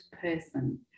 person